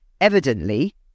Evidently